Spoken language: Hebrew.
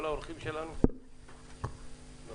בעל